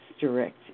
direct